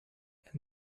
and